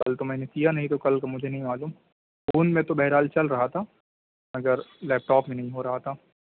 کل تو میں نے کیا نہیں تو کل کا مجھے نہیں معلوم فون میں بہرحال چل رہا تھا مگر لیپٹاپ میں نہیں ہو رہا تھا